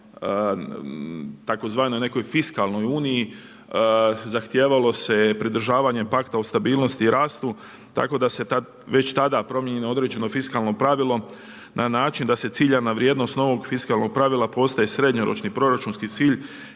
tzv. nekoj fiskalnoj uniji zahtjevalo se pridržavanjem pakta o stabilnosti i rastu, tako da se već tada promijenjeno određeno fiskalno pravilo na način da se ciljana vrijednost novog fiskalno pravila postaje srednjoročni proračunski cilj